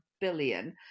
billion